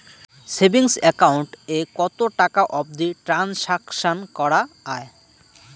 Savings account এ কতো টাকা অবধি ট্রানসাকশান করা য়ায়?